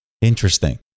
Interesting